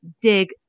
dig